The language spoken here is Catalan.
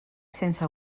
sense